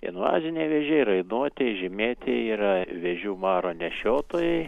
invaziniai vėžiai rainuotieji žymėtieji yra vėžių maro nešiotojai